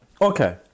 Okay